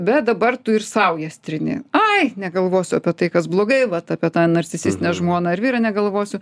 bet dabar tu ir sau jas trini ai negalvosiu apie tai kas blogai vat apie tą narcisistinę žmoną ar vyrą negalvosiu